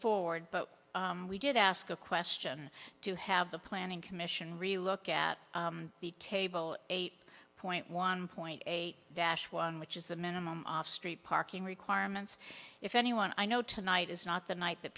forward but we did ask a question to have the planning commission really look at the table eight point one point eight dash one which is the minimum off street parking requirements if anyone i know tonight is not the night that